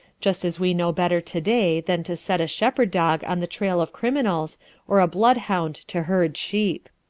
just as we know better today than to set a shepherd dog on the trail of criminals or a bloodhound to herd sheep.